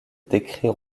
décret